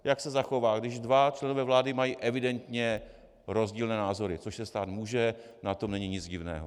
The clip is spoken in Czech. Jak se zachová, když dva členové vlády mají evidentně rozdílné názory což se stát může, na tom není nic divného.